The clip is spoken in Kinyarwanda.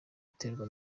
guterwa